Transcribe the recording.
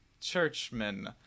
churchmen